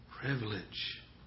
privilege